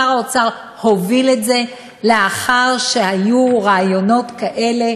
שר האוצר הוביל את זה לאחר שהיו רעיונות כאלה